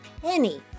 penny